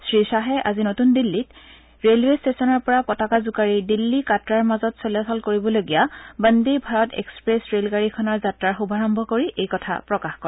শ্ৰীখাহে আজি নতুন দিল্লী ৰেলৱে ট্টেচনৰ পৰা পতাকা জোকাৰি দিল্লী কাটৰাৰ মাজত চলাচল কৰিবলগীয়া বন্দে ভাৰত এক্সপ্ৰেছ ৰেলগাড়ীখনৰ যাত্ৰাৰ শুভাৰম্ভ কৰি এই কথা প্ৰকাশ কৰে